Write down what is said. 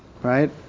Right